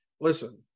listen